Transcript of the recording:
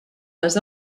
les